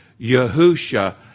Yahusha